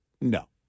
no